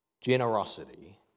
generosity